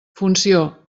funció